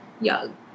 young